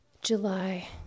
July